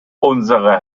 unsere